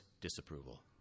disapproval